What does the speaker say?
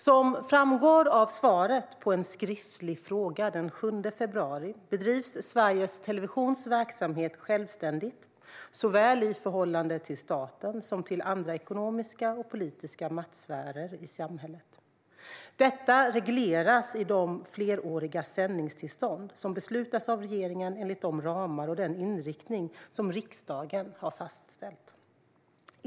Som framgår av svaret på en skriftlig fråga den 7 februari bedrivs Sveriges Televisions verksamhet självständigt i förhållande såväl till staten som till andra ekonomiska och politiska maktsfärer i samhället. Detta regleras i de fleråriga sändningstillstånd som beslutas av regeringen enligt de ramar och den inriktning som riksdagen har fastställt.